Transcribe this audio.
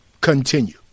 continue